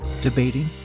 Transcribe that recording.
debating